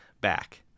back